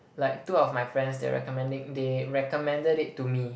like two of my friends they are recommending they recommended it to me